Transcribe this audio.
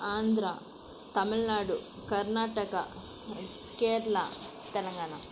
Andhra Tamil Nadu Karnataka Kerala Telangana